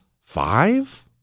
Five